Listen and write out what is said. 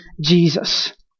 Jesus